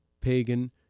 pagan